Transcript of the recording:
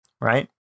right